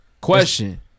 Question